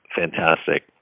fantastic